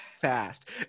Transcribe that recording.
fast